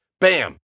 Bam